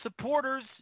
supporters